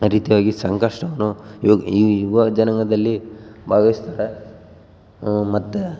ರೀತಿಯಾಗಿ ಸಂಕಷ್ಟವನ್ನು ಈ ಯುವ ಜನಾಂಗದಲ್ಲಿ ಭಾಗವಹಿಸ್ತಾರೆ ಮತ್ತು